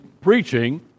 preaching